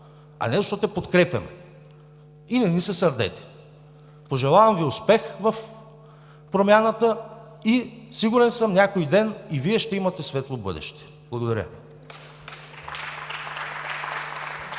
а не защото я подкрепяме – и не ни се сърдете. Пожелавам Ви успех в промяната и съм сигурен, че някой ден и Вие ще имате светло бъдеще! Благодаря.